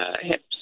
hips